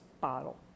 bottle